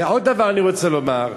ועוד דבר אני רוצה לומר,